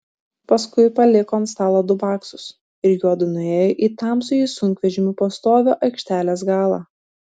paskui paliko ant stalo du baksus ir juodu nuėjo į tamsųjį sunkvežimių postovio aikštelės galą